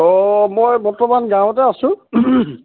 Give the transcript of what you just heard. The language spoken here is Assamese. অঁ মই বৰ্তমান গাঁৱতে আছোঁ